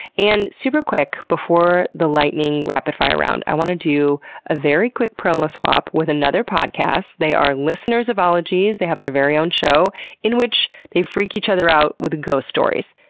and super quick, before the lightning, rapid-fire round, i wanna do a very quick promo-swap with another podcast. they are listeners of ologies, they have their very own show in which they freak each other out with ghost stories.